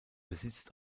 besitzt